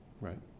Right